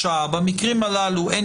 המקרים.